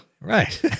Right